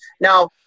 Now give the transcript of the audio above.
Now